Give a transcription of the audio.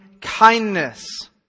kindness